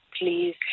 Please